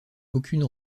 aucune